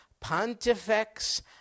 Pontifex